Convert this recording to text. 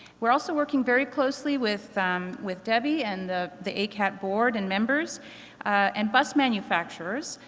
we're also working very closely with with debbie and the the acat board and members and bus manufacturers,